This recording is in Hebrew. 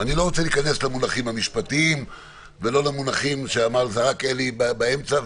אני לא רוצה להיכנס למונחים המשפטיים ולא למונחים שזרק אלי באמצע,